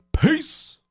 Peace